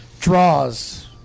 draws